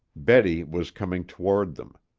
betty was coming toward them.